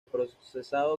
procesado